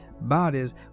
bodies